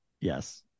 Yes